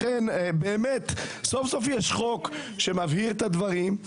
ולכן, באמת, סוף, סוף, יש חוק שמבהיר את הדברים,